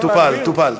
טופל.